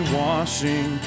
washing